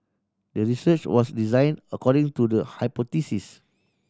the research was design according to the hypothesis